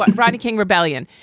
and rodney king rebellion.